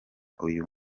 uyu